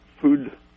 food